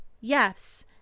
Yes